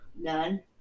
None